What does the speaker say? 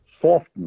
soften